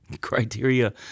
Criteria